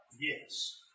Yes